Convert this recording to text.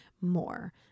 more